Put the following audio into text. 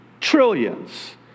trillions